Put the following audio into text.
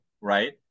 right